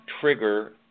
trigger